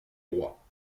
roi